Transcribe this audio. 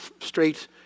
straight